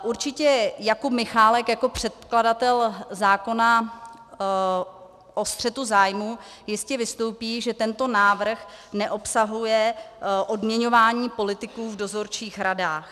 Určitě Jakub Michálek jako předkladatel zákona o střetu zájmů jistě vystoupí, že tento návrh neobsahuje odměňování politiků v dozorčích radách.